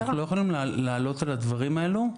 אנחנו לא יכולים לעלות על הדברים האלו,